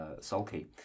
sulky